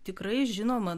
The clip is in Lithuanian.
tikrai žinoma